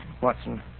Watson